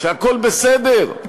שהכול בסדר,